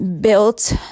built